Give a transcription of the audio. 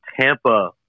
Tampa